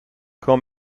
quand